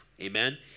amen